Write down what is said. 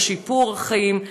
בשיפור החיים,